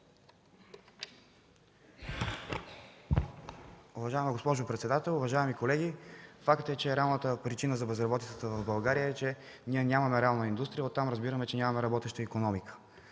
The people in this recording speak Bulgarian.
Уважаема госпожо председател, уважаеми колеги! Факт е, че реалната причина за безработицата в България е, че ние нямаме реална индустрия, а оттам разбираме, че нямаме работеща икономика.